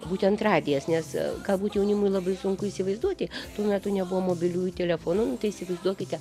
būtent radijas nes galbūt jaunimui labai sunku įsivaizduoti tuo metu nebuvo mobiliųjų telefonų tai įsivaizduokite